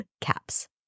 caps